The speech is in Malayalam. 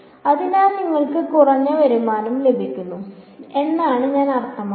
അതിനാൽ നിങ്ങൾക്ക് കുറഞ്ഞ വരുമാനം ലഭിക്കുന്നു എന്നാണ് ഞാൻ അർത്ഥമാക്കുന്നത്